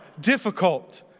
difficult